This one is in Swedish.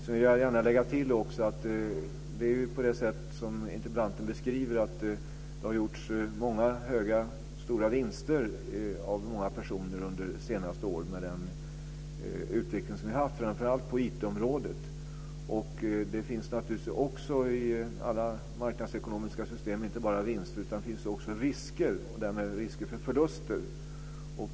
Jag vill gärna lägga till att det är som interpellanten beskriver, att det har gjorts många stora vinster av många personer under de senaste åren, med den utveckling som vi har haft framför allt på IT-området. Det finns naturligtvis i alla marknadsekonomiska system inte bara vinster utan också risker, därmed risker för förluster.